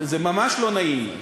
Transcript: זה ממש לא נעים.